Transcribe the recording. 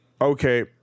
Okay